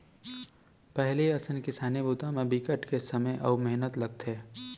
पहिली असन किसानी बूता म बिकट के समे अउ मेहनत लगथे